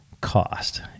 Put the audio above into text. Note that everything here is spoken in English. cost